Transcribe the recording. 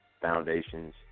foundations